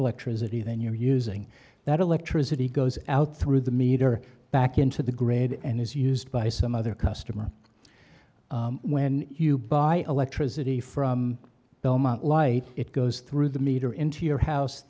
electricity than you're using that electricity goes out through the meter back into the grid and is used by some other customer when you buy electricity from belmont light it goes through the meter into your house